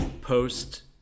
post